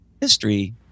history